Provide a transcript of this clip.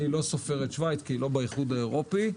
לא כולל שווייץ שאינה נמצאת באיחוד האירופי,